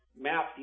map